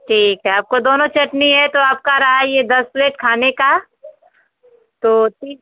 ठीक है आपको दोनों चटनी है तो आप का रहा ये दस प्लेट खाने का तो